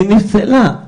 והיא נפסלה,